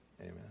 amen